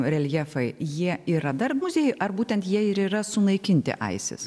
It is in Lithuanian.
reljefai jie yra dar muziejuj ar būtent jie ir yra sunaikinti aisis